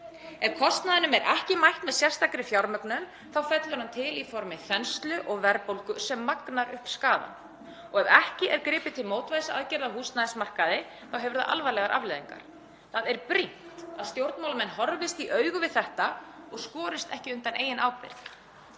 Ef kostnaðinum er ekki mætt með sérstakri fjármögnun fellur hann til í formi þenslu og verðbólgu sem magnar upp skaðann og ef ekki er gripið til mótvægisaðgerða á húsnæðismarkaði hefur það alvarlegar afleiðingar. Það er brýnt að stjórnmálamenn horfist í augu við þetta og skorist ekki undan eigin ábyrgð.